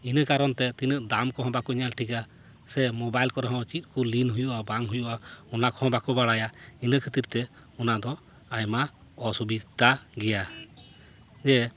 ᱤᱱᱟᱹ ᱠᱟᱨᱚᱱ ᱛᱮ ᱛᱤᱱᱟᱹᱜ ᱫᱟᱢ ᱠᱟᱱᱟ ᱵᱟᱠᱚ ᱧᱮᱞ ᱴᱷᱤᱠᱟ ᱥᱮ ᱢᱚᱵᱟᱭᱤᱞ ᱠᱚᱨᱮ ᱦᱚᱸ ᱪᱮᱫ ᱠᱚ ᱞᱤᱱ ᱦᱩᱭᱩᱜᱼᱟ ᱵᱟᱝ ᱦᱩᱭᱩᱜᱼᱟ ᱚᱱᱟ ᱠᱚᱦᱚᱸ ᱵᱟᱠᱚ ᱵᱟᱲᱟᱭᱟ ᱤᱱᱟᱹ ᱠᱷᱟ ᱛᱤᱨ ᱛᱮ ᱚᱱᱟ ᱫᱚ ᱟᱭᱢᱟ ᱚᱥᱵᱤᱫᱟ ᱜᱮᱭᱟ ᱡᱮ